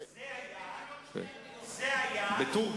הוא אמר את זה בטורקיה.